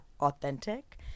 authentic